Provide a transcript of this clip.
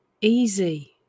easy